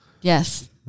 Yes